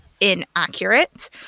inaccurate